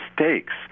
mistakes